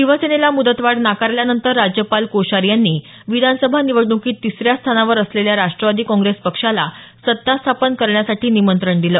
शिवसेनेला मुदतवाढ नाकारल्यानंतर राज्यपाल कोश्यारी यांनी विधानसभा निवडणुकीत तिसऱ्या स्थानावर असलेल्या राष्टवादी काँग्रेस पक्षाला सत्ता स्थापन करण्यासाठी निमंत्रण दिलं